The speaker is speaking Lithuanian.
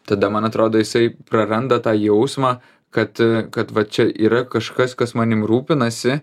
tada man atrodo jisai praranda tą jausmą kad kad va čia yra kažkas kas manim rūpinasi